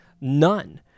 none